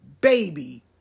baby